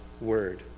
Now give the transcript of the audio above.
word